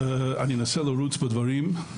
אנסה לרוץ בדברים.